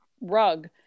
rug